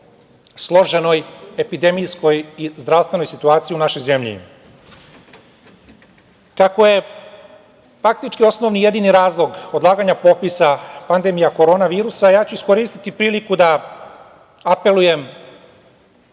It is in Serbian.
složenoj epidemijskoj i zdravstvenoj situaciji u našoj zemlji. Kao je faktički osnovni i jedini razlog odlaganja popisa pandemija koronavirusa, ja ću iskoristiti priliku da apelujem